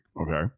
Okay